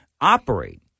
operate